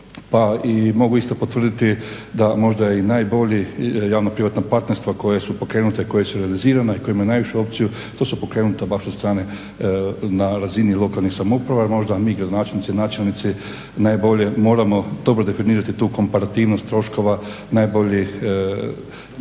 Pa mogu isto potvrditi da možda i najbolji javno-privatno partnerstva koje su pokrenute i koje su realizirane i koje imaju najvišu opciju to su pokrenuta baš od strane na razini lokalnih samouprava. Možda mi gradonačelnici, načelnici najbolje moramo dobro definirati tu komparativnost troškova najbolje